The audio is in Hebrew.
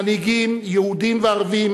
מנהיגים יהודים וערבים,